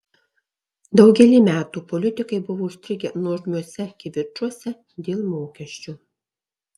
daugelį metų politikai buvo užstrigę nuožmiuose kivirčuose dėl mokesčių